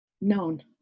known